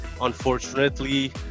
unfortunately